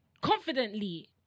confidently